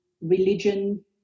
religion